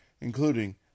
including